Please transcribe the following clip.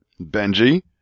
Benji